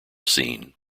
scene